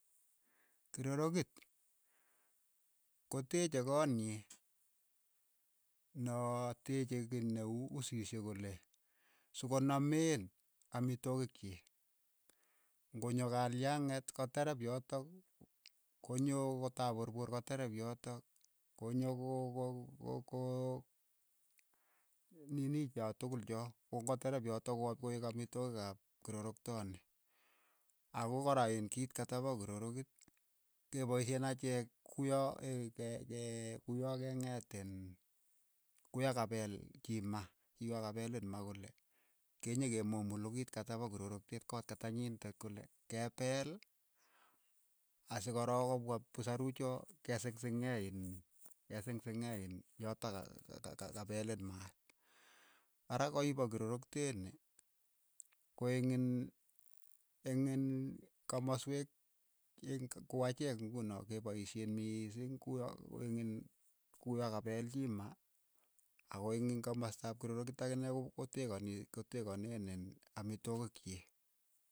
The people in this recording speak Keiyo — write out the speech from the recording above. Kirorokit, ko teeche konyit nyi noo teche kiy ne uu usiishek kole, so ko nameen amitwogik chiik, ng'onyo kalyang'et ko tereep yotok ko nyoo ko tapurpuur ko tereep yotok, ko nyo ko- ko- ko nini cha tukul cho, ko n'go terep yotok ko- ko eek amitwogik ap kiroroktooni, ako kora iin kiit kata pa kirorokit, ke paisheen achek kuyo ke- ke- ke kuyo keng'et iin kuyoo kapeel kii maa, kuyoo kapelin maa kole, kenyekemomolu kiit kata pa kiroroktet koot kata nyindet kole ke peel, asikorook kopwa pisaruuk choo kesing'sing'ei iin kesing'sing'ei iin yotok ka- ka- ka kapeelin maat, ara koi pa kiroroktet ni ko eng' in eng iin kamosweek eng' kuu achek ng'uno kepaisheen miising kuyo eng' iin ku yoo ka peel chii ma akoi ing' kimasta ap kirorokit akine ko- kotekani ko tekaneen iin amitwogik chiik.